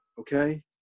okay